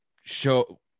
show